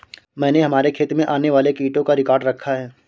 मैंने हमारे खेत में आने वाले कीटों का रिकॉर्ड रखा है